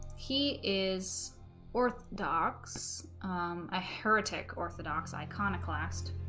he is orthodox a heretic orthodox iconoclast